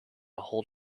hold